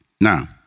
Now